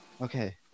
Okay